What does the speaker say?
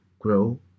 Grow